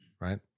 Right